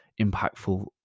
impactful